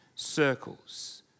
circles